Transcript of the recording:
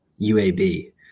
uab